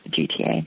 GTA